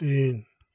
तीन